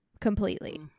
Completely